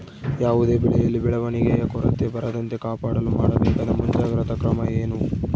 ಯಾವುದೇ ಬೆಳೆಯಲ್ಲಿ ಬೆಳವಣಿಗೆಯ ಕೊರತೆ ಬರದಂತೆ ಕಾಪಾಡಲು ಮಾಡಬೇಕಾದ ಮುಂಜಾಗ್ರತಾ ಕ್ರಮ ಏನು?